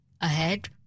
ahead